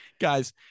guys